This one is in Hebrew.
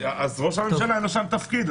אז לראש הממשלה אין תפקיד.